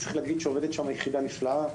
עובדת שם יחידה נפלאה,